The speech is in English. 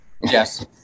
Yes